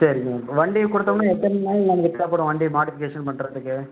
சரிங்க வண்டிய கொடுத்தோம்னா எத்தனை நாள் நமக்கு தேவைப்படும் வண்டி மாடிஃபிகேஷன் பண்றதுக்கு